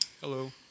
Hello